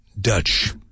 Dutch